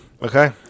Okay